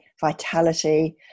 vitality